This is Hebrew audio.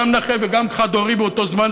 גם נכה וגם חד-הורי באותו זמן,